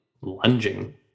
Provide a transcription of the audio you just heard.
lunging